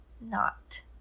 not